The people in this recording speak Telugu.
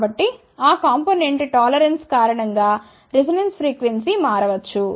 కాబట్టి ఆ కాంపొనెంట్ టాలరెన్స్ కారణం గా రిజొనెన్స్ ఫ్రీక్వెన్సీ మారవచ్చు